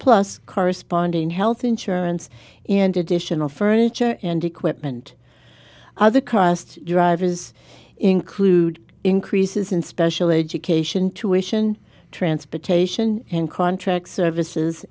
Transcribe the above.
plus corresponding health insurance and additional furniture and equipment other cost drivers include increases in special education tuition transportation and contract services